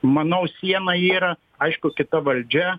manau siena yra aišku kita valdžia